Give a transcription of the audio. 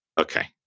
Okay